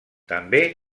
també